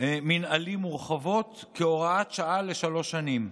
מינהלי מורחבות כהוראת שעה לשלוש שנים.